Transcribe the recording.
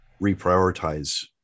reprioritize